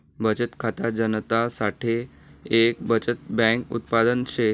बचत खाता जनता साठे एक बचत बैंक उत्पादन शे